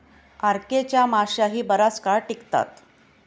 RK च्या माश्याही बराच काळ टिकतात